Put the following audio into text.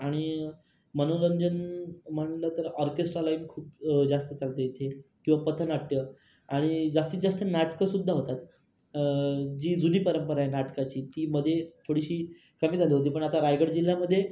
आणि मनोरंजन म्हणलं तर ऑर्केस्ट्रा लाईफ खूप जास्त चालते इथे किंवा पथनाट्य आणि जास्तीत जास्त नाटकंसुद्धा होतात जी जुनी परंपरा आहे नाटकाची ती मध्ये थोडीशी कमी झाली होती पण आता रायगड जिल्ह्यामध्ये